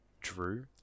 drew